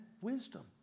Wisdom